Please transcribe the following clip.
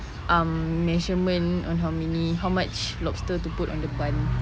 um measurement on how many how much lobster to put on the bun